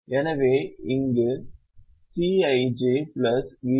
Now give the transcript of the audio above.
எனவே இது இங்கே உள்ளது சிஜ் யு வி